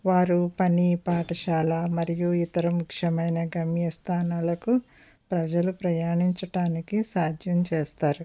వారు పని పాఠశాల మరియు ఇతర ముఖ్యమైన గమ్య స్థానాలకు ప్రజలు ప్రయాణించడానికి సాధ్యం చేస్తారు